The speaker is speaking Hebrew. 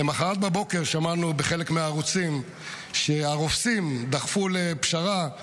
למוחרת בבוקר שמענו בחלק מהערוצים שהרופסים דחפו לפשרה,